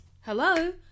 Hello